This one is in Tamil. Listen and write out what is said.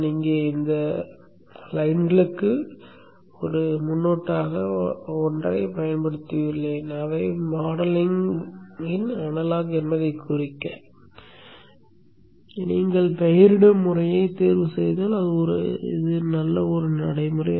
நான் இங்கே இந்த வரிகளுக்கு முன்னொட்டாக ஒன்றைப் பயன்படுத்தியுள்ளேன் அவை மாடலிங்கின் அனலாக் என்பதைக் குறிக்க நீங்கள் பெயரிடும் முறையை தேர்வுசெய்தால் அது ஒரு நல்ல நடைமுறை